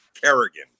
Kerrigan